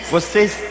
Vocês